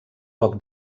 poc